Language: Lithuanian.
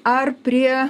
ar prie